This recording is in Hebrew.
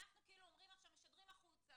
אנחנו משדרים החוצה,